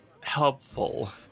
helpful